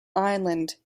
island